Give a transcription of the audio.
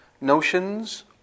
notions